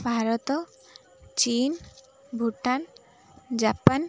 ଭାରତ ଚୀନ ଭୁଟାନ ଜାପାନ